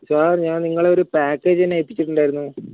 sir ഞാൻ നിങ്ങളെ ഒരു പാക്കേജിന് ഏൽപ്പിച്ചിട്ടുണ്ടായിരുന്നു